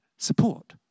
Support